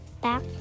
back